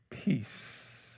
peace